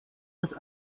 das